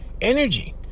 energy